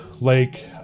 lake